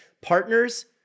partners